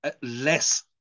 less